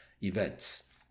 events